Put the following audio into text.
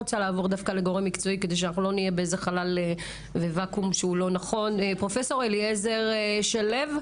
לגורם מקצועי, פרופסור אליעזר שלו,